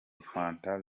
fanta